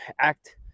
act